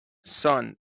sun